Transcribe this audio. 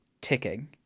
ticking